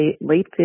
late